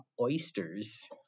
oysters